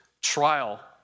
trial